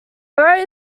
barrett